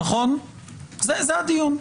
זה הדיון.